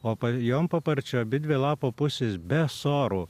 o jonpaparčio abidvi lapo pusės be sorų